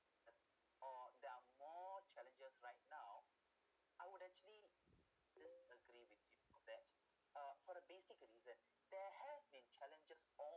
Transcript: as or there are more challenges right now I would actually disagree with you that uh for a basic reason there has been challenges